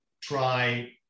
try